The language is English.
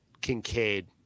Kincaid